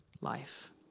life